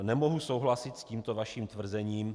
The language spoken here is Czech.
Nemohu souhlasit s tímto vaším tvrzením.